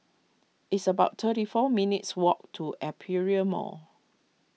it's about thirty four minutes' walk to Aperia Mall